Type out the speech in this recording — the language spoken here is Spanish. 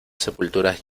sepulturas